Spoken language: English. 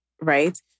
right